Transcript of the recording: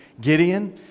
Gideon